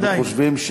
בוודאי.